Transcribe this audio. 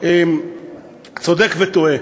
צודק וטועה.